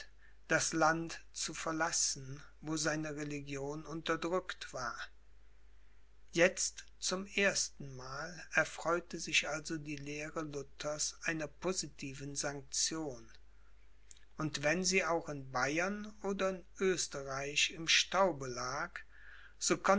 das land zu verlassen wo seine religion unterdrückt war jetzt zum erstenmal erfreute sich also die lehre luthers einer positiven sanktion und wenn sie auch in bayern oder in oesterreich im staube lag